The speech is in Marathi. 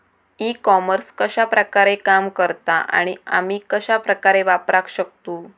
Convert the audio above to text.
ई कॉमर्स कश्या प्रकारे काम करता आणि आमी कश्या प्रकारे वापराक शकतू?